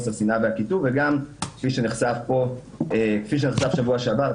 השנאה והקיטוב וגם כפי שנחשף בשבוע שעבר,